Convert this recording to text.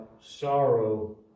sorrow